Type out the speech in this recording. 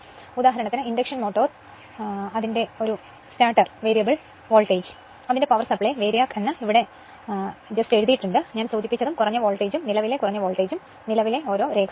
ഉദാഹരണത്തിന് induction motor starters variable voltage power supply VARIAC എന്ന് ഇവിടെ എന്തെങ്കിലും എഴുതിയിരിക്കുന്നു ഞാൻ സൂചിപ്പിച്ചതും കുറഞ്ഞ വോൾട്ടേജും നിലവിലെ കുറഞ്ഞ വോൾട്ടേജും നിലവിലെ നിലകളും